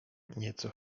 nieco